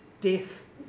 death